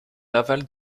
naval